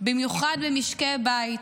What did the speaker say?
במיוחד במשקי בית